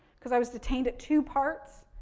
because i was detained at two parts,